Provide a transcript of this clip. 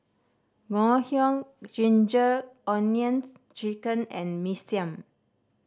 Ngoh Hiang Ginger Onions Chicken and Mee Siam